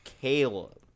Caleb